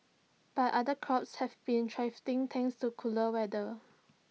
finance was not A factor